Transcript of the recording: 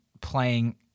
playing